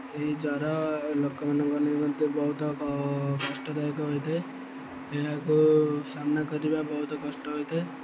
ଏହି ଜ୍ଵର ଲୋକମାନଙ୍କ ନିମନ୍ତେ ବହୁତ କଷ୍ଟଦାୟକ ହୋଇଥାଏ ଏହାକୁ ସାମ୍ନା କରିବା ବହୁତ କଷ୍ଟ ହୋଇଥାଏ